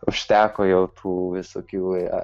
užteko jau tų visokių